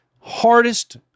Hardest